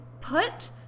put